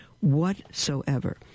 whatsoever